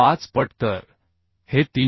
5 पट तर हे 371